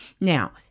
Now